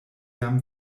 jam